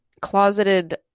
closeted